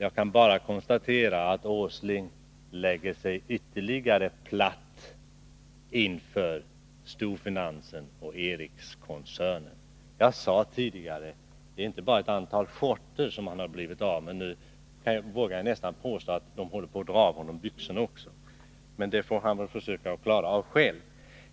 Jag kan bara konstatera att Nils Åsling lägger sig ännu mera platt inför storfinansen och L M Ericsson-koncernen. Det är inte bara ett antal skjortor som han har blivit av med, nu vågar jag nästan påstå att de håller på att dra av honom byxorna också. Men det får han försöka klara av själv.